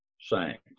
sank